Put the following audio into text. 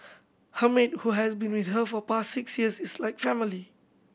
her maid who has been with her for past six years is like family